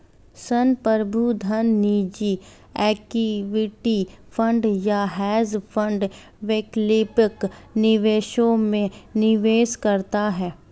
संप्रभु धन निजी इक्विटी फंड या हेज फंड वैकल्पिक निवेशों में निवेश करता है